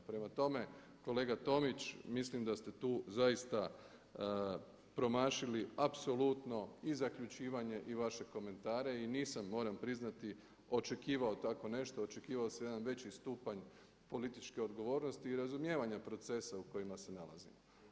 Prema tome kolega Tomić, mislim da ste tu zaista promašili apsolutno i zaključivanje i vaše komentare i nisam moram priznati očekivao tako nešto, očekivao sam jedan veći stupanj političke odgovornosti i razumijevanja procesa u kojima se nalazimo.